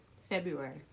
February